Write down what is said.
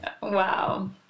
Wow